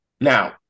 Now